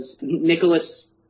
Nicholas